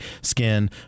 skin